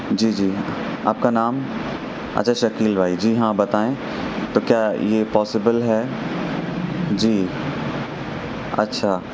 جی جی آپ کا نام اچھا شکیل بھائی جی ہاں بتائیں تو کیا یہ پاسیبل ہے جی اچھا